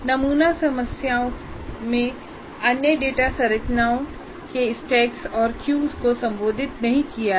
नमूना समस्याओं में अन्य डेटा संरचनाओं के स्टैक्स और क्यू को संबोधित नहीं किया है